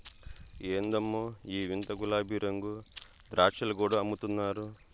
ఎందమ్మో ఈ వింత గులాబీరంగు ద్రాక్షలు కూడా అమ్ముతున్నారు